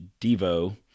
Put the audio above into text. Devo